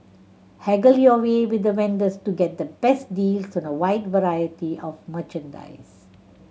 haggle your way with the vendors to get the best deals on a wide variety of merchandise